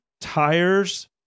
tires